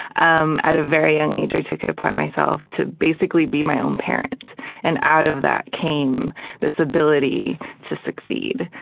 um, at a very young age i took it upon myself to basically become my own parent and out of that came this ability to succeed.